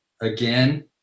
again